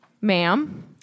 ma'am